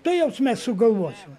tuojaus mes sugalvosim